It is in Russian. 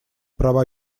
права